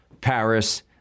Paris